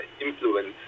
influence